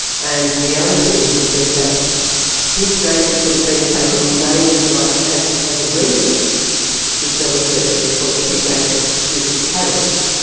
and the other thing would be that his name is sort of being taken in vain, if you like, as as a reason to sell the church because he gave it to the parish.